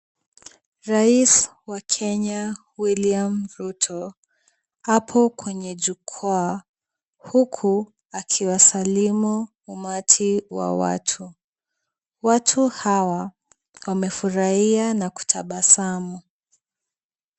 Rais wa Kenya William Ruto apo kwenye jukwaa, huku akiwasalimu umati wa watu. Watu hawa wamefurahia na kutabasamu.